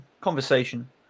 Conversation